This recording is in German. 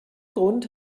grund